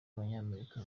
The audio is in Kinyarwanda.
abanyamerika